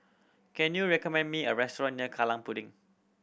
can you recommend me a restaurant near Kallang Pudding